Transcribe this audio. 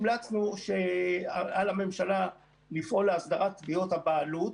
המלצנו שעל הממשלה לפעול להסדרת תביעות הבעלות.